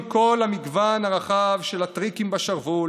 עם כל המגוון הרחב של הטריקים בשרוול,